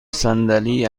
صندلی